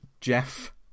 Jeff